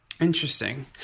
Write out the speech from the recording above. Interesting